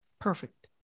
perfect